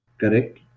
Correct